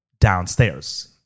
downstairs